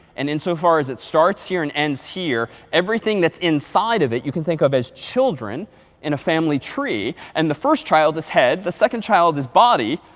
and in so far as it starts here and ends here, everything that's inside of it, you can think of as children in a family tree. and the first child is head, the second child is body,